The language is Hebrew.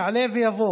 יעלה ויבוא